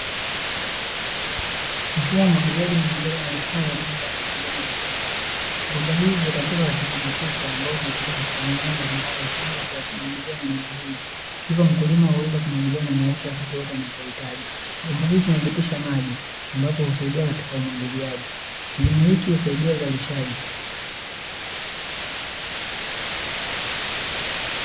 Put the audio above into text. Mfumo wa umwagiliaji ni miongoni mwa mifumo inayotumika katika kilimo cha kisasa. Bomba hizi zilizotandikwa katika matuta ambazo zimepita katika mimea mbalimbali, hutumika katika kumwagilia mimea hii, hivyo mkulima huweza kumwagilia mimea yake wakati wowote anapo hitaji. Bomba hizi zinapitisha maji ambazo husaidia katika umwagiliaji, kilimo hiki husaidia uzalishaji.